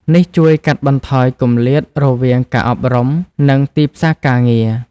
នេះជួយកាត់បន្ថយគម្លាតរវាងការអប់រំ និងទីផ្សារការងារ។